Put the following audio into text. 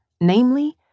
namely